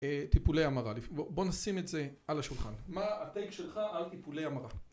טיפולי המראה. בואו נשים את זה על השולחן. מה הטייק שלך על טיפולי המראה?